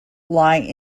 lie